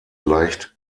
leicht